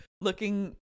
looking